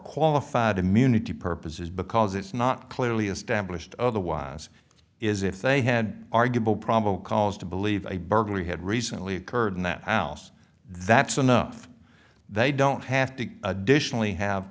qualified immunity purposes because it's not clearly established otherwise is if they had arguable probable cause to believe a burglary had recently occurred in that house that's enough they don't have to additionally have